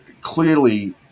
Clearly